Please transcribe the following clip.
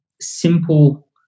simple